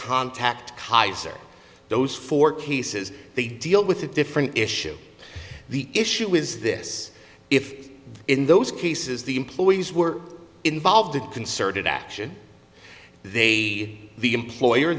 contact highs are those four cases they deal with a different issue the issue is this if in those cases the employees were involved in concerted action they the employer